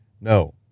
No